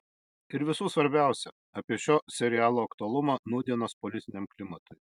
ir visų svarbiausia apie šio serialo aktualumą nūdienos politiniam klimatui